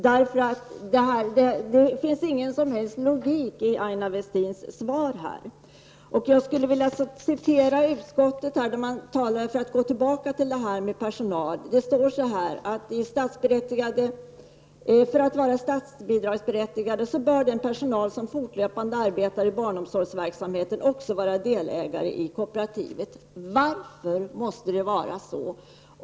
Det finns ingen som helst logik i Jag går tillbaka till frågan om personalen och läser ur betänkandet: ''För att ett sådant kooperativ skall vara statsbidragsberättigat bör den personal som fortlöpande arbetar i barnomsorgsverksamheten också vara delägare i kooperativet --.'' Varför måste det vara så?